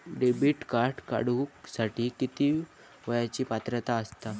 Debit card काढूसाठी किती वयाची पात्रता असतात?